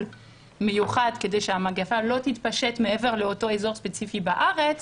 מיוחד כדי שהמגפה לא תתפשט מעבר לאותו אזור ספציפי בארץ,